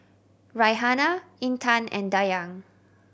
Raihana Intan and Dayang